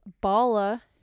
Bala